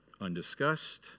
undiscussed